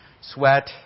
sweat